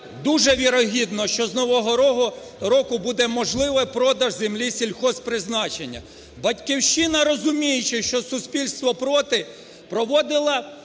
дуже вірогідно, що з нового року буде можливий продаж землі сільгосппризначення. "Батьківщина", розуміючи, що суспільство проти, проводила